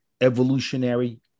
Evolutionary